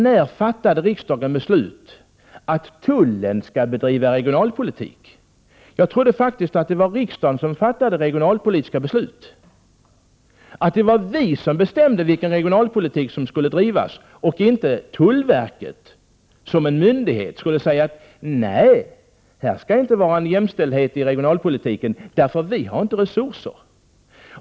När fattade riksdagen beslut om att tullen skall bedriva regionalpolitik? Jag trodde faktiskt att det var riksdagen som fattade regionalpolitiska beslut, att det var vi som bestämde vilken regionalpolitik som skulle drivas och inte tullverket. Tullverket kan väl inte säga: Nej, här skall det inte vara jämställdhet i regionalpolitiken, vi har inte några resurser.